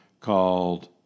Called